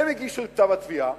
הם הגישו את התביעה,